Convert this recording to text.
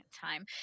time